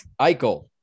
Eichel